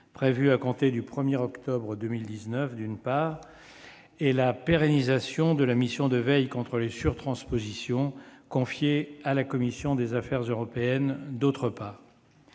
prévue à compter du 1 octobre 2019, d'une part, et la pérennisation de la mission de veille contre les surtranspositions confiée à la commission des affaires européennes, d'autre part.